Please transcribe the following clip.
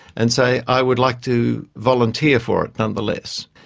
and say i would like to volunteer for it nonetheless.